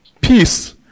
peace